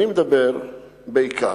אני מדבר בעיקר